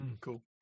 cool